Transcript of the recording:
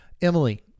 Emily